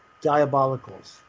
diabolicals